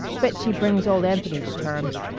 bet she brings old anthony to terms.